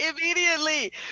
immediately